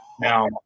now